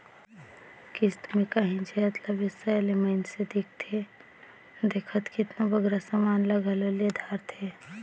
किस्त में कांही जाएत ला बेसाए ले मइनसे देखथे देखत केतनों बगरा समान ल घलो ले धारथे